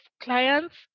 clients